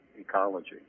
ecology